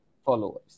Followers